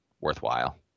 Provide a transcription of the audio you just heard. worthwhile